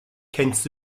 kennst